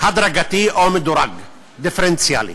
הדרגתי או מדורג, דיפרנציאלי.